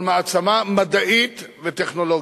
אבל מעצמה מדעית וטכנולוגית,